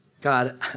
God